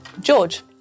George